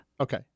Okay